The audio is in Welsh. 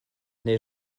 neu